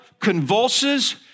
convulses